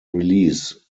release